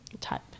type